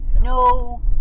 no